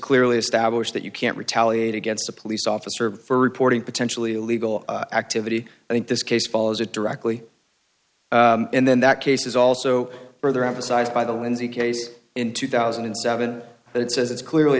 clearly established that you can't retaliate against a police officer for reporting potentially illegal activity i think this case follows it directly and then that case is also further emphasized by the lindsey case in two thousand and seven that says it's clearly